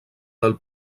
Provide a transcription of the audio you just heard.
del